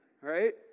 right